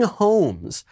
homes